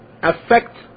affect